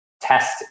test